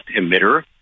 emitter